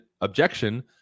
objection